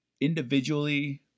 individually